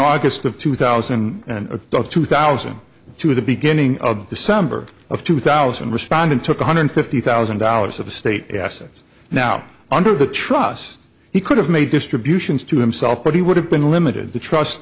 august of two thousand and two thousand to the beginning of december of two thousand respondent took one hundred fifty thousand dollars of state assets now under the trusts he could have made distributions to himself but he would have been limited the trust